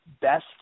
best